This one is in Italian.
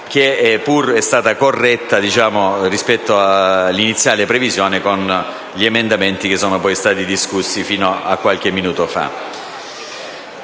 che pur è stata corretta, rispetto all'iniziale previsione, con gli emendamenti discussi fino a qualche minuto fa.